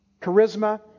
Charisma